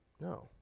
No